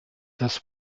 das